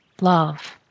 Love